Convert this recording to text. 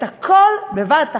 את הכול, בבת אחת,